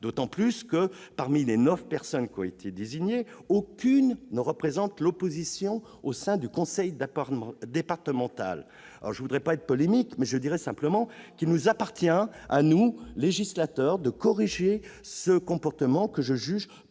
D'autant plus que, parmi les neuf personnes désignées, aucune ne représente l'opposition au sein du conseil départemental. Je ne voudrais pas être polémique, mais je dirai simplement qu'il nous appartient à nous, législateurs, de corriger ce comportement que je juge peu